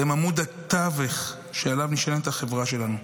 אתם עמוד התווך שעליו נשענת החברה שלנו.